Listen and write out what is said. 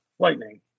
Lightning